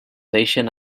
deixen